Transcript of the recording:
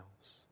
else